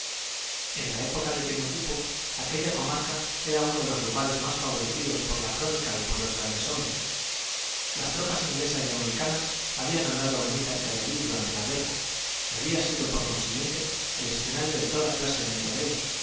en la época de que me ocupo aquella comarca era uno de los lugares más favorecidos por la crónica y por los grandes hombres las tropas inglesas y americanas habían andado muy cerca de allí durante la guerra y había sido por consiguiente el escenario de toda clase de merodeos